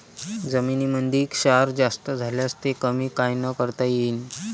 जमीनीमंदी क्षार जास्त झाल्यास ते कमी कायनं करता येईन?